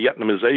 Vietnamization